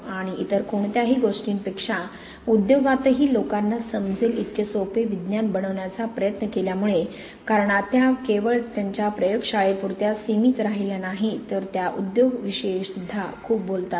आणि इतर कोणत्याही गोष्टींपेक्षा उद्योगातही लोकांना समजेल इतके सोपे विज्ञान बनवण्याचा प्रयत्न केल्यामुळे कारण त्या केवळ त्यांच्या प्रयोगशाळेपुरत्या सीमित राहिल्या नाहीत तर त्या उद्योगाविषयीसुध्दा खूप बोलतात